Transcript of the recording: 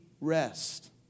rest